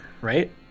right